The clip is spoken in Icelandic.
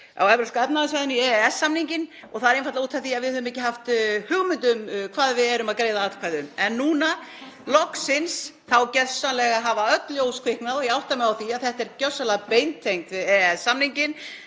á Evrópska efnahagssvæðinu varðandi EES-samninginn og það er einfaldlega út af því að við höfum ekki haft hugmynd um hvað við erum að greiða atkvæði um. En núna loksins þá hafa gersamlega öll ljós kviknað og ég átta mig á því að þetta er gjörsamlega beintengt við EES-samninginn.